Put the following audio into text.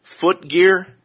footgear